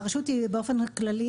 הרשות היא באופן כללי,